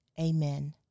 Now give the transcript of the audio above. amen